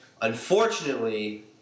Unfortunately